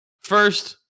first